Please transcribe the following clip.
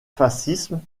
fascisme